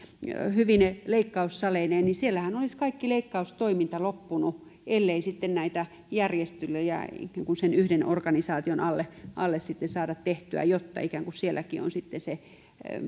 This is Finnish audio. hyvine leikkaussaleineen ja siellähän kaikki leikkaustoiminta loppuisi ellei sitten näitä järjestelyjä sen yhden organisaation alle alle saada tehtyä jotta ikään kuin sielläkin olisi sitten se